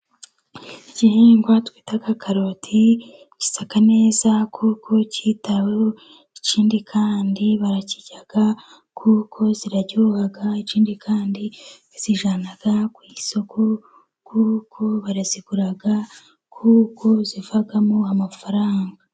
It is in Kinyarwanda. Igihingwa twita karoti gisa neza kuko cyitaweho, ikindi kandi barazirya kuko ziraryoha, ikindi kandi bazijyana ku isoko kuko barazigura kuko zivamo amafaranga.